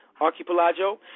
archipelago